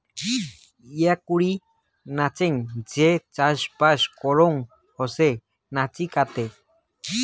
ইচাকুরি নাচেঙ যে চাষবাস করাং হসে জুচিকাতে